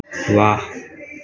वाह